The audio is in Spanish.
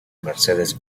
mercedes